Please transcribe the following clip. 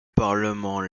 parlement